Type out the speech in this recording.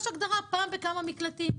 יש הגדרה פעם בכמה מקלטים.